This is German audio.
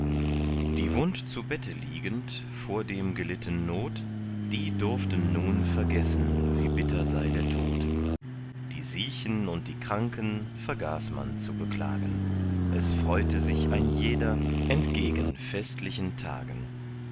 die wund zu bette liegend vordem gelitten not die durften nun vergessen wie bitter sei der tod die siechen und die kranken vergaß man zu beklagen es freute sich ein jeder entgegen festlichen tagen